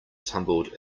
tumbled